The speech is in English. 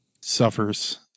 suffers